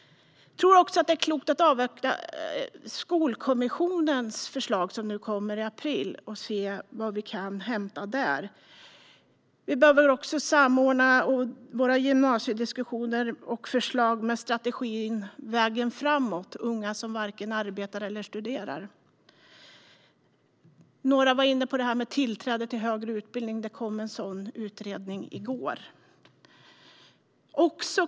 Det är också klokt att avvakta Skolkommissionens förslag, som kommer i april, och se vad vi kan hämta där. Vi behöver också samordna våra gymnasiediskussioner och förslag med Vägar framåt, strategin för unga som varken arbetar eller studerar. Några var inne på tillträde till högre utbildning. Det kom en sådan utredning i går.